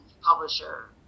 publisher